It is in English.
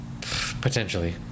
Potentially